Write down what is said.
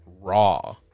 Raw